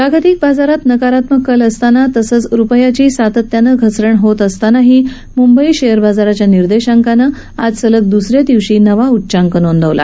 जागतिक बाजारात नकारात्मक कल असताना तसंच रुपयाची सातत्यानं घसरण होत असतानाही मुंबई शेअर बाजाराच्या निर्देशांकानं आज सलग दस या दिवशी नवा उच्चांक नोंदवला